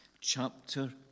chapter